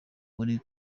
muri